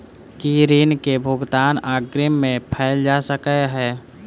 की ऋण कऽ भुगतान अग्रिम मे कैल जा सकै हय?